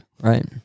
Right